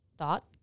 thought